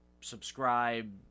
subscribe